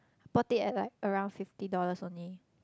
bought it at like around fifty dollars only